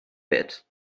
bit